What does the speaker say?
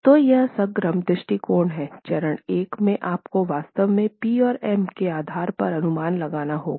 तो यह समग्र दृष्टिकोण है चरण 1 में आपको वास्तव में पी और एम के आधार पर अनुमान लगाना होगा